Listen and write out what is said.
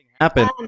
Happen